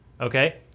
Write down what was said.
Okay